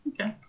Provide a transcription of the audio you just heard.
Okay